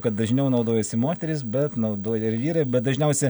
kad dažniau naudojasi moterys bet naudoja ir vyrai bet dažniausia